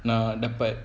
nak dapat